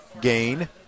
Gain